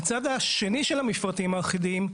מהצד השני של המפרטים האחידים,